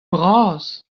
bras